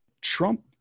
Trump